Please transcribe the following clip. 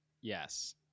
yes